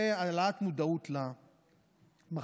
זה העלאת מודעות למחלה.